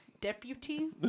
deputy